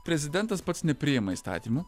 prezidentas pats nepriima įstatymų